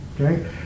Okay